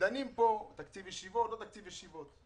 ודנים פה: תקציב ישיבות, לא תקציב ישיבות.